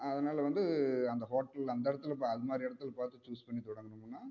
அதனால் வந்து அந்த ஹோட்டலில் அந்த இடத்துல அது மாதிரி இடத்துல பார்த்து சூஸ் பண்ணி தொடங்கினமுன்னா